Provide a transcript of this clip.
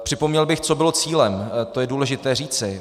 Připomněl bych, co bylo cílem, to je důležité říci.